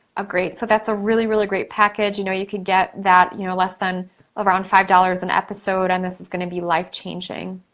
ah great, so that's a really, really, great package. you know, you could get that you know less than around five dollars an episode, and this is gonna be life changing.